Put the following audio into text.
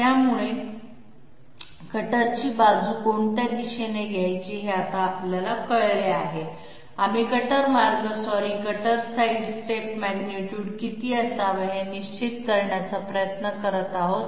त्यामुळे कटरची बाजू कोणत्या दिशेने घ्यायची हे आता आपल्याला कळले आहे आम्ही कटर मार्ग सॉरी कटर साइडस्टेप मॅग्निट्यूड किती असावा हे निश्चित करण्याचा प्रयत्न करत आहोत